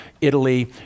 Italy